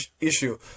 issue